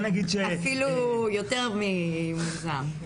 אפילו יותר ממוגזם.